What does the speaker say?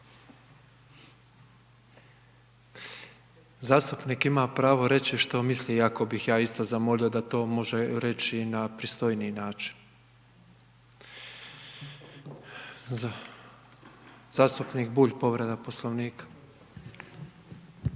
Zastupnik ima pravo reći što misli iako bih ja isto zamolio da to može reći na pristojniji način. Zastupnik Bulj povreda Poslovnika.